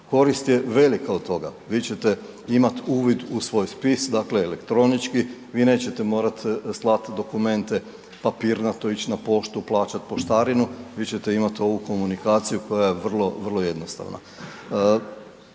korist je velika od toga, vi ćete imat uvid u svoj spis, dakle elektronički vi nećete morat slat dokumente papirnato ić na poštu, plaćat poštarinu, vi ćete imat ovu komunikaciju koja je vrlo, vrlo jednostavna.